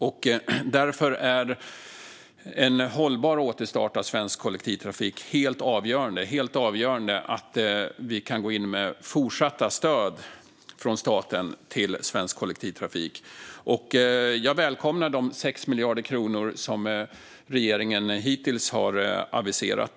Därför är det helt avgörande för en hållbar återstart av svensk kollektivtrafik att vi kan gå in med fortsatta stöd från staten till svensk kollektivtrafik. Jag välkomnar de 6 miljarder kronor som regeringen hittills har aviserat.